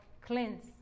cleanse